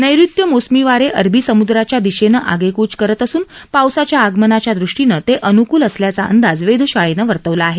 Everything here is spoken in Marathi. नैऋत्य मोसमी वारे अरबी समुद्राच्या दिशेने आगेकूच करत असून पावसाच्या आगमनाच्या दृष्टीनं ते अनुकूल असल्याचा अंदाज वेधशाळेने वर्तवला आहे